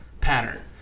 pattern